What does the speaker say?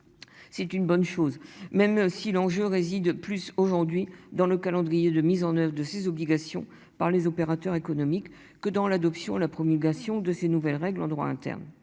C'est une bonne chose, même si l'enjeu réside plus aujourd'hui dans le calendrier de mise en oeuvre de ces obligations par les opérateurs économiques que dans l'adoption la promulgation de ces nouvelles règles en droit interne